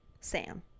sam